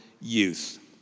youth